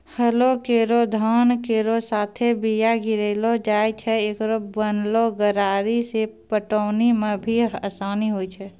हलो केरो धार केरो साथें बीया गिरैलो जाय छै, एकरो बनलो गरारी सें पटौनी म भी आसानी होय छै?